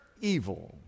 evil